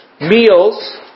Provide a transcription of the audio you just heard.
meals